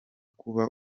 kuba